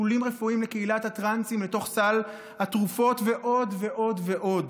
טיפולים רפואיים לקהילת הטרנסים לתוך סל התרופות ועוד ועוד ועוד.